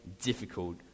difficult